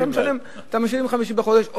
אתה משלם ב-5 בחודש.